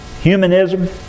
humanism